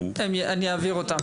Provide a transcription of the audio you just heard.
אני אעביר אותם.